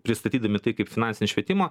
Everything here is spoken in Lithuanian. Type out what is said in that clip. pristatydami tai kaip finansinį švietimą